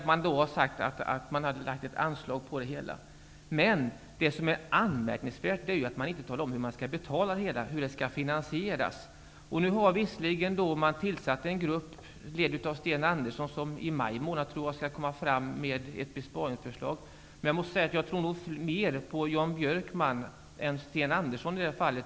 Man har sagt att det finns ett förslag till anslag för det hela. Men det anmärkningsvärda är att man inte har talat om hur det hela skall betalas, hur det skall finansieras. Nu har man visserligen tillsatt en grupp ledd av Sten Andersson som i maj månad skall komma med ett besparingsförslag. Jag tror nog mer på Jan Björkman än på Sten Andersson i detta fall.